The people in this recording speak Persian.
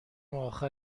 اخر